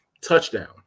Touchdown